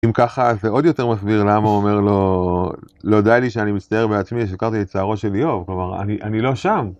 אם ככה זה עוד יותר מסביר למה הוא אומר לו: לא די לי שאני מצטער בעצמי שהכרתי את צערו של איוב, כלומר אני לא שם.